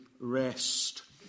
rest